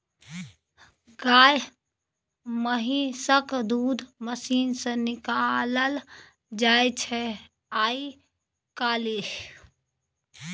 गाए महिषक दूध मशीन सँ निकालल जाइ छै आइ काल्हि